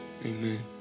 Amen